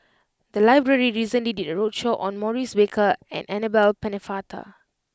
the library recently did a roadshow on Maurice Baker and Annabel Pennefather